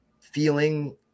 feeling